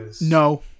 No